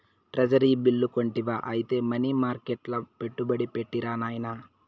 treasury bill కొంటివా ఐతే money మర్కెట్ల పెట్టుబడి పెట్టిరా నాయనా